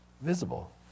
visible